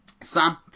Sam